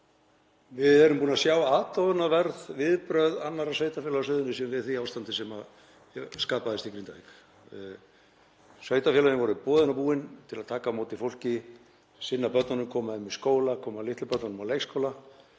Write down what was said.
Við erum búin að sjá aðdáunarverð viðbrögð annarra sveitarfélaga á Suðurnesjum við því ástandi sem skapaðist í Grindavík. Sveitarfélögin voru boðin og búin til að taka á móti fólki, sinna börnunum, koma þeim í skóla, koma litlu börnunum á leikskóla